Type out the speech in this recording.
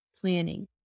planning